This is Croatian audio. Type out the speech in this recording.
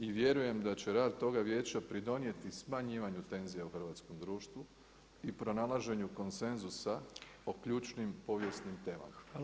I vjerujem da će rad toga vijeća pridonijeti smanjivanju tenzija u hrvatskom društvu i pronalaženju konsenzusa o ključnim povijesnim temama.